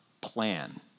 plan